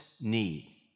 need